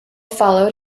followed